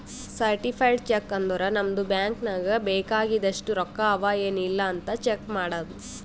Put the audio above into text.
certified cheque ಅಂದುರ್ ನಮ್ದು bank ನಾಗ್ ಬೇಕ್ ಆಗಿದಷ್ಟು ರೊಕ್ಕಾ ಅವಾ ಎನ್ ಇಲ್ಲ್ ಅಂತ್ ಚೆಕ್ ಮಾಡದ್